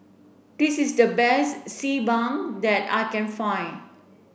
this is the best Xi Ban that I can find